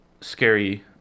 scary